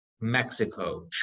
Mexico